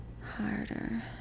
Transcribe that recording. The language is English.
Harder